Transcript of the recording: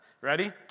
Ready